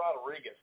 Rodriguez